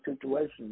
situations